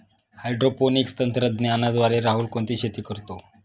Hydroponics तंत्रज्ञानाद्वारे राहुल कोणती शेती करतो?